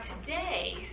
today